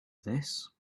this